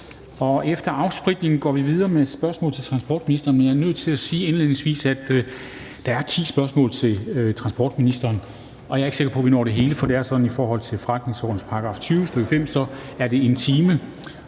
Efter afspritning går vi videre med spørgsmål til transportministeren, men jeg er nødt til at sige indledningsvis, at der er ti spørgsmål til transportministeren, og jeg er ikke sikker på, at vi når det hele, for det er sådan i forretningsordenens § 20, stk. 5, at det er 1 time.